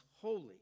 holy